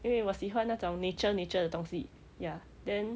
因为我喜欢那种 nature nature 的东西 ya then